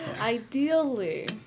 Ideally